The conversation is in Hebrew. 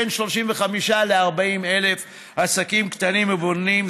בין 35,000 ל-40,000 עסקים קטנים ובינוניים,